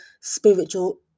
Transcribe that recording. spiritual